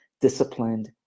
disciplined